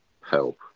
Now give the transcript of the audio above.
help